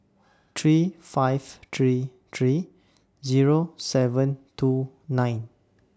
three five three three Zero seven two nine